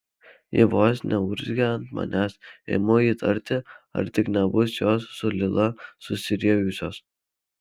ji vos neurzgia ant manęs imu įtarti ar tik nebus jos su lila susiriejusios